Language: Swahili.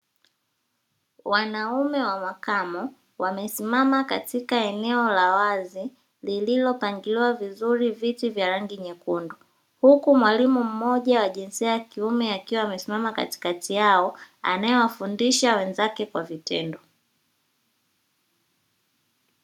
Wanaume wa makamo wamesimama katika eneo la wazi lililopangiliwa vizuri viti vya rangi n yekundu, huku mwalimu mmoja wa jinsia ya kiume akiwa amesimama katikati yao anayewafundisha wenzake kwa vitendo.